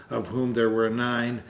of whom there were nine,